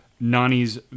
Nani's